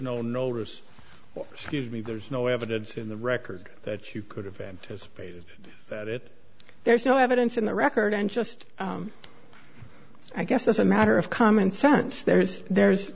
notice me there's no evidence in the record that you could have anticipated that it there's no evidence in the record and just i guess as a matter of common sense there's there's